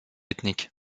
ethniques